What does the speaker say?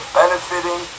benefiting